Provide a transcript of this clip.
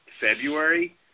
February